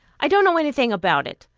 i don't know anything about it,